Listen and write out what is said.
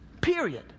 period